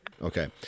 Okay